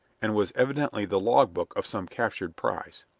and was evidently the log book of some captured prize.